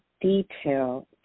detail